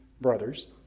brothers